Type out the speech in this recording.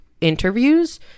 interviews